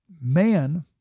Man